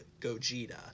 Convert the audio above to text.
Gogeta